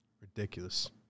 Ridiculous